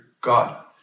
God